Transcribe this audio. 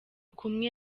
kumwe